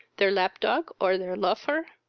their lap-dog, or their lofer?